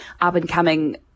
up-and-coming